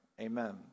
amen